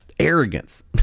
Arrogance